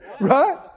Right